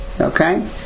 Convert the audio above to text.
okay